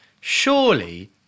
surely